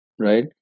right